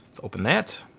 open that.